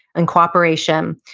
in cooperation,